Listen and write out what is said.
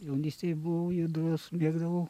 jaunystėj buvau judrus mėgdavau